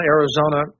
Arizona